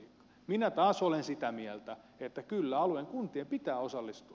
minä taas olen sitä mieltä että kyllä alueen kuntien pitää osallistua